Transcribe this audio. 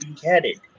beheaded